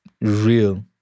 real